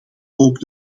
ook